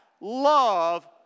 Love